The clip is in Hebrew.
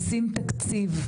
לשים תקציב,